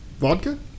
Vodka